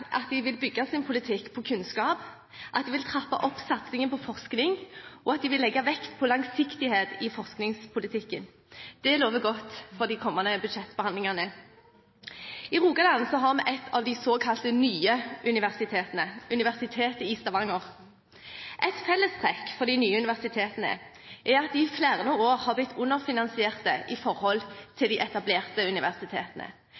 at de vil bygge sin politikk på kunnskap, at de vil trappe opp satsingen på forskning, og at de vil legge vekt på langsiktighet i forskningspolitikken. Det lover godt for de kommende budsjettbehandlingene. I Rogaland har vi et av de såkalt nye universitetene: Universitetet i Stavanger. Et fellestrekk for de nye universitetene er at de i flere år har blitt underfinansiert i forhold